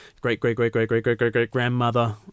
great-great-great-great-great-great-great-great-grandmother